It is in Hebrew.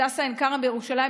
הדסה עין כרם בירושלים,